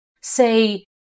say